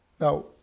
Now